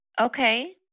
Okay